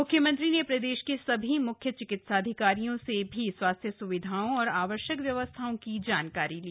मुख्यमंत्री ने प्रदेश के सभी मुख्य चिकित्साधिकारियों से भी स्वास्थ्य सुविधाओं और आवश्यक व्यवस्थाओं की जानकारी ली